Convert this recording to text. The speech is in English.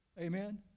amen